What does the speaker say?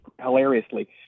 hilariously